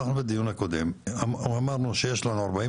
אנחנו בדיון הקודם אמרנו שיש לנו 46